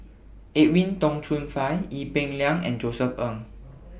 Edwin Tong Chun Fai Ee Peng Liang and Josef Ng